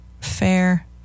fair